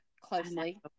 closely